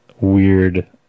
weird